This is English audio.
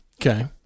Okay